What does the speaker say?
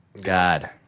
God